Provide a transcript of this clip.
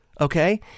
Okay